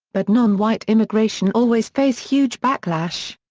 but non-white immigration always face huge backlash.